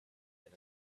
than